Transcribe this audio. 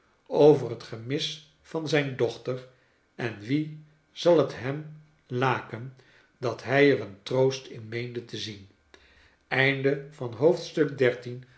over het gemis van zijn dochter en wie zal het in hem laken dat hrj er een troost in meende te zien